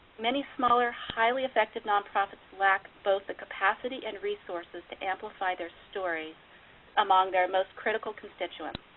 many smaller highly effective nonprofits lack both the capacity and resources to amplify their stories among their most critical constituents.